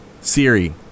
Siri